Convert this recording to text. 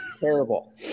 Terrible